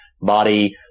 body